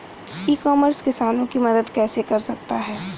ई commerce किसानों की मदद कैसे कर सकता है?